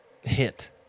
hit